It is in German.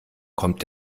kommt